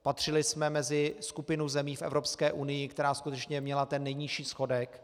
Patřili jsme mezi skupinu zemí v Evropské unii, která skutečně měla ten nejnižší schodek.